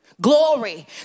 glory